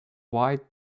white